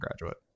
graduate